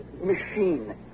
machine